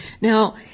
Now